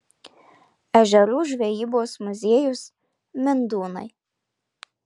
ežerų žvejybos muziejus mindūnai